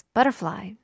Butterfly